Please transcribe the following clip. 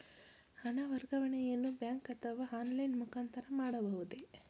ಹಣ ವರ್ಗಾವಣೆಯನ್ನು ಬ್ಯಾಂಕ್ ಅಥವಾ ಆನ್ಲೈನ್ ಮುಖಾಂತರ ಮಾಡಬಹುದೇ?